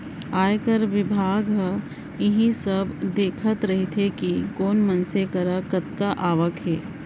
आयकर बिभाग ह इही सब देखत रइथे कि कोन मनसे करा कतका आवक हे